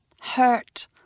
Hurt